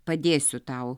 padėsiu tau